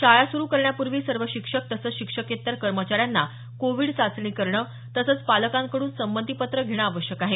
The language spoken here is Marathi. शाळा स्रु करण्यापूर्वी सर्व शिक्षक आणि शिक्षकेतर कर्मचाऱ्यांना कोविड चाचणी करणं तसंच पालकांकड्रन संमतीपत्र घेणं आवश्यक आहे